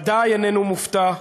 בוודאי איננו מופתע,